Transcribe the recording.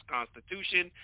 Constitution